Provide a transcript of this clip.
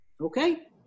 Okay